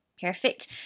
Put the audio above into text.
perfect